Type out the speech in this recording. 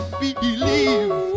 believe